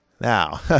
Now